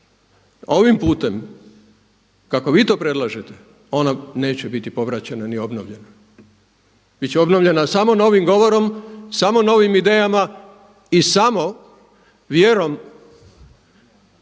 ovim putem kako vi to predlažete ona neće biti povraćena ni obnovljena. Bit će obnovljena samo novim govorom, samo novim idejama i samo vjerom